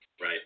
Right